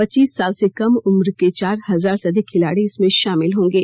पेच्चीस साल से कम उम्र के चार हजार से अधिक खिलाड़ी इसमें शामिल होंगे